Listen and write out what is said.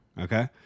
okay